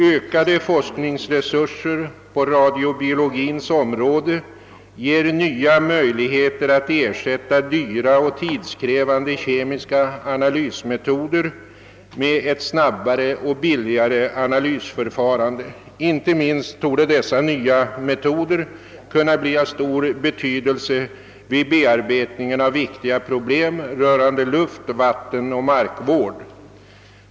Ökade forskningsresurser på radiobiologins område ger nya möjligheter att ersätta dyra och tidskrävande kemiska analysmetoder med ett snabbare och billigare analysförfarande. Inte minst torde dessa nya metoder kunna bli av stor betydelse vid bearbetningen av viktiga problem rörande luft-, vattenoch markvården.